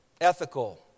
ethical